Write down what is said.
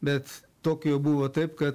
bet tokijuj buvo taip kad